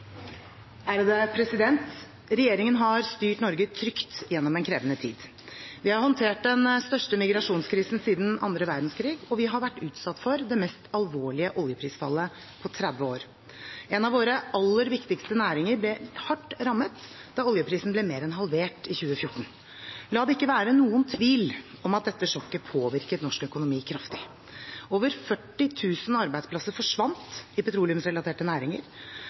reglementsmessig måte. Regjeringen har styrt Norge trygt gjennom en krevende tid. Vi har håndtert den største migrasjonskrisen siden annen verdenskrig, og vi har vært utsatt for det mest alvorlige oljeprisfallet på 30 år. En av våre aller viktigste næringer ble hardt rammet da oljeprisen ble mer enn halvert i 2014. La det ikke være noen tvil om at dette sjokket påvirket norsk økonomi kraftig: Over 40 000 arbeidsplasser forsvant i petroleumsrelaterte næringer.